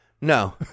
No